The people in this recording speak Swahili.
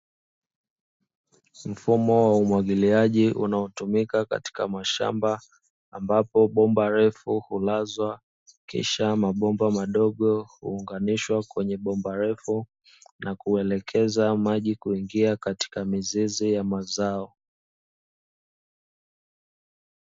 Mfumo wa umwagiliaji unaotumika katika mashamba, ambapo bomba refu hulazwa kisha mabomba madogo huunganishwa kwenye bomba refu na kuelekeza maji kuingia katika mizizi ya mazao.